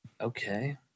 Okay